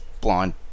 blind